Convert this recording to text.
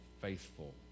faithful